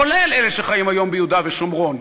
כולל אלה שחיים היום ביהודה ושומרון.